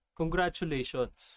congratulations